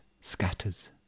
scatters